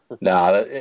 Nah